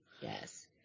Yes